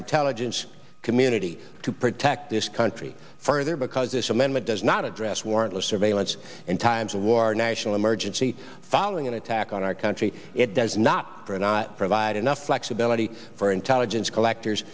intelligence community to protect this country further because this amendment does not address warrantless surveillance in times of war national emergency following an attack on our country it does not provide enough flexibility for intelligence collectors